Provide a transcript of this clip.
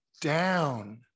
down